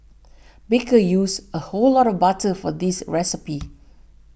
baker used a whole block of butter for this recipe